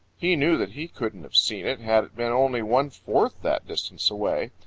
he knew that he couldn't have seen it had it been only one fourth that distance away.